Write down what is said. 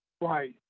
Right